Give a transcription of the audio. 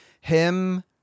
him-